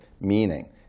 Meaning